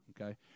okay